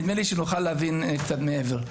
נדמה לי שנוכל להבין קצת מעבר.